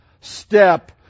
step